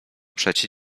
przecie